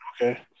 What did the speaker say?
okay